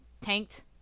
Tanked